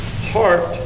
heart